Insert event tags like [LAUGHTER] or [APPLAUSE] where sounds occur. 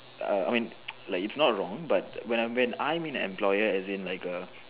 uh I mean [NOISE] like it's not wrong but when I mean employer I mean like a